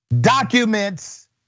documents